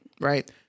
Right